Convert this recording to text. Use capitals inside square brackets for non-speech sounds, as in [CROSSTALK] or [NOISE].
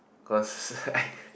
because [LAUGHS] I